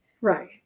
Right